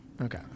Okay